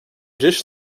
dish